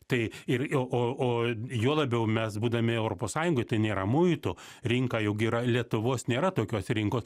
tai ir o o o juo labiau mes būdami europos sąjungoj tai nėra muitų rinka juk yra lietuvos nėra tokios rinkos